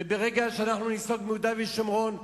וברגע שאנחנו ניסוג מיהודה ושומרון ה"חמאס"